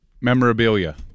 memorabilia